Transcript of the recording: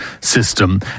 system